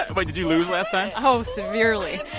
ah but you do, lose last time? oh, severely